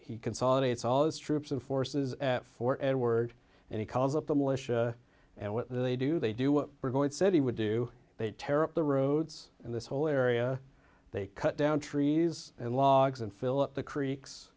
he consolidates all those troops and forces for edward and he calls up the militia and what they do they do what we're going said he would do they tear up the roods in this whole area they cut down trees and logs and fill up the creeks